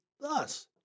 thus